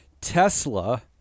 Tesla